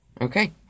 Okay